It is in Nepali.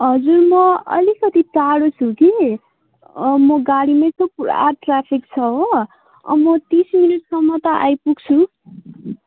हजुर म अलिकति टाढो छु कि म गाडीमै छु पुरा ट्राफिक छ हो म तिस मिनटसम्म त आइपुग्छु